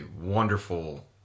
wonderful